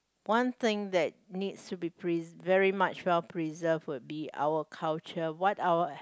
one thing that needs to be pre~ very much well preserved would be our would be culture what our